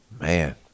Man